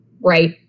right